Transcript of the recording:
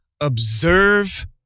observe